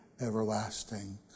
everlasting